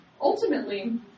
Ultimately